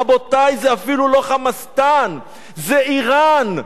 רבותי, זה אפילו לא "חמאסטן", זה אירן.